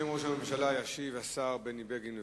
בשם ראש הממשלה ישיב השר בני בגין.